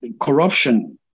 corruption